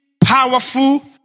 powerful